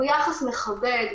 הוא יחס מכבד,